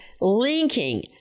linking